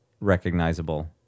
recognizable